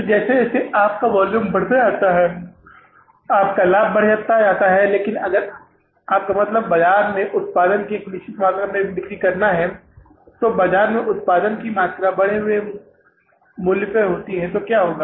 तो जैसे जैसे आपका वॉल्यूम बढ़ता जाता है आपका लाभ बढ़ता जाता है लेकिन अगर आपका मतलब बाजार में उत्पादन की एक निश्चित मात्रा में बिक्री करना है तो बाजार में उत्पादन की मात्रा बढ़े हुए मूल्य पर होती है तो क्या होगा